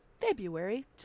February